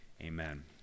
amen